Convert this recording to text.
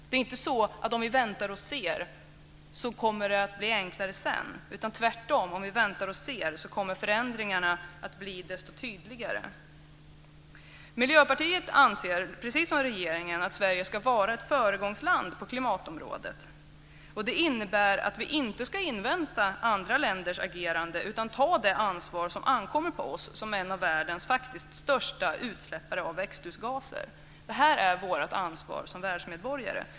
Det är inte så att det kommer att bli enklare om vi väntar och ser. Tvärtom kommer förändringarna att bli desto tydligare om vi väntar och ser. Miljöpartiet anser, precis som regeringen, att Sverige ska vara ett föregångsland på klimatområdet. Det innebär att vi inte ska invänta andra länders agerande utan ta det ansvar som ankommer på oss som ett av de länder i världen som släpper ut mest växthusgaser. Det är vårt ansvar som världsmedborgare.